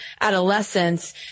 adolescence